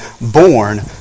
born